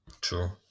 true